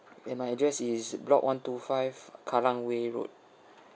then my address is block one two five kallang way road